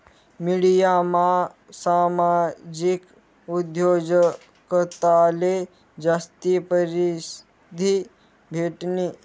मिडियामा सामाजिक उद्योजकताले जास्ती परशिद्धी भेटनी